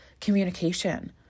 communication